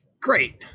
great